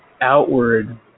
outward